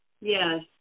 yes